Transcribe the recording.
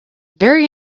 very